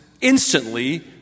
instantly